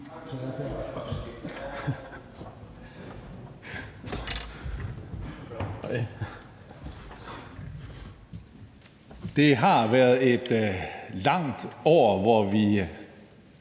Det har været et langt år, hvor vi